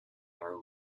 narrow